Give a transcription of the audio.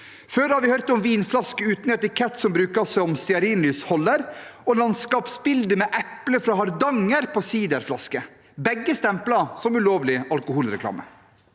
Før har vi hørt om vinflasker uten etikett som brukes som stearinlysholdere, og landskapsbilder med epler fra Hardanger på siderflasker – begge stemplet som ulovlig alkoholreklame.